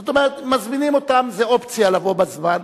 זאת אומרת, מזמינים אותם, זה אופציה לבוא בזמן.